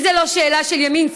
זו לא שאלה של ימין,